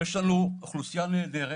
יש לנו אוכלוסייה נהדרת,